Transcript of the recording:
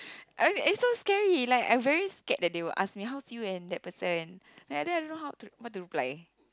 I mean it's so scary like I very scared that they will ask me how's you and that person the I don't know how to what to reply